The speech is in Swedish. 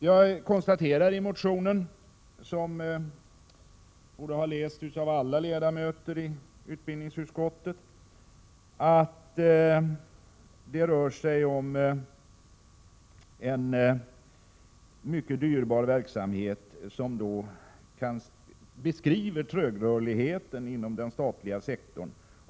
Jag konstaterar i motionen, som borde ha lästs av alla ledamöter i utbildningsutskottet, att det rör sig om en mycket dyrbar verksamhet som a Prot. 1987/88:122 visar trögrörligheten inom den statliga sektorn.